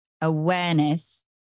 awareness